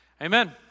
Amen